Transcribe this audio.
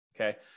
okay